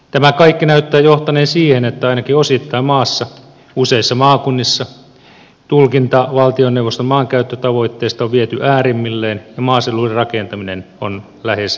tämä kaikki näyttää johtaneen siihen että ainakin osittain maassa useissa maakunnissa tulkinta valtioneuvoston maankäyttötavoitteesta on viety äärimmilleen ja maaseudulle rakentaminen on lähes jäädytetty